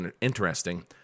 interesting